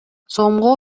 сомго